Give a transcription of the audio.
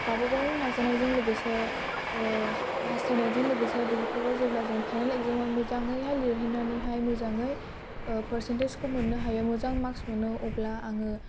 लोगोसे हास्थायनायजों लोगोसे बेफोरखौ जेब्ला जों फायनाल इगजाम आव मोजांयैहाय लिरहैनानै हाय मोजाङै पारचेप्टेजखौ मोननो हायो मोजां मार्गस मोननो हायो अब्ला आङो